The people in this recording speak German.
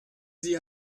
sie